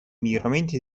miglioramenti